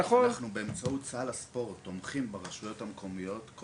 אנחנו תומכים ברשויות המקומיות באמצעות סל הספורט.